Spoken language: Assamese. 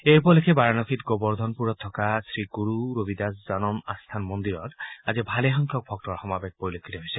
এই উপলক্ষে বাৰনসীত গোৱৰ্ধনপুৰত থকা শ্ৰী গুৰু ৰবিদাস জনম আস্থান মন্দিৰত আজি ভালেসংখ্যক ভক্তৰ সমাৱেশ পৰলক্ষিত হৈছে